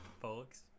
folks